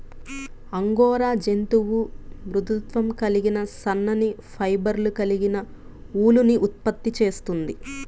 angora జంతువు మృదుత్వం కలిగిన సన్నని ఫైబర్లు కలిగిన ఊలుని ఉత్పత్తి చేస్తుంది